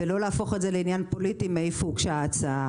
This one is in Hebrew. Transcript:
ולא להפוך את זה לעניין פוליטי מאיפה הוגשה ההצעה.